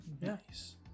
nice